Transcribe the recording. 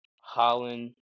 Holland